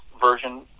version